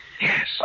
Yes